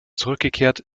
zurückgekehrt